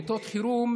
בעיתות חירום